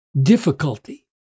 difficulty